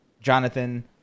jonathan